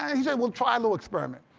he said we'll try a little experiment.